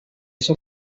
eso